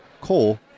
coal